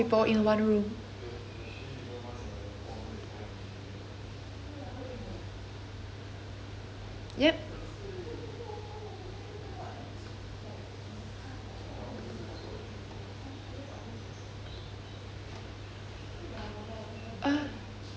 yup uh so